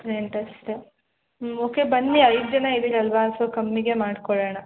front ಅಷ್ಟೇ ಹ್ಞೂ okay ಬನ್ನಿ ಐದು ಜನ ಇದ್ದೀರಲ್ವ ಸೊ ಕಮ್ಮಿಗೆ ಮಾಡ್ಕೋಡೋಣ